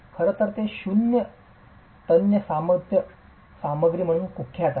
खरं तर ते शून्य तन्य सामर्थ्य सामग्री म्हणून कुख्यात आहे